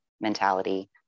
mentality